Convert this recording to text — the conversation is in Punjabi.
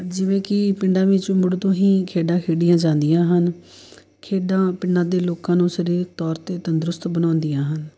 ਜਿਵੇਂ ਕਿ ਪਿੰਡਾਂ ਵਿੱਚ ਮੁੱਢ ਤੋਂ ਹੀ ਖੇਡਾਂ ਖੇਡੀਆਂ ਜਾਂਦੀਆਂ ਹਨ ਖੇਡਾਂ ਪਿੰਡਾਂ ਦੇ ਲੋਕਾਂ ਨੂੰ ਸਰੀਰਕ ਤੌਰ 'ਤੇ ਤੰਦਰੁਸਤ ਬਣਾਉਂਦੀਆਂ ਹਨ